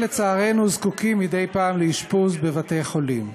שלצערנו זקוקים מדי פעם לאשפוז בבתי-חולים.